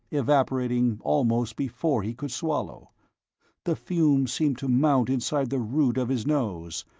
evaporating almost before he could swallow the fumes seemed to mount inside the root of his nose,